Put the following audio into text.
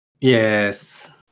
Yes